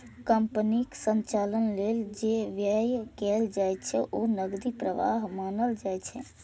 कंपनीक संचालन लेल जे व्यय कैल जाइ छै, ओ नकदी प्रवाह मानल जाइ छै